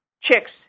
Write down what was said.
chicks